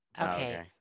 Okay